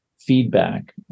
feedback